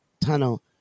tunnel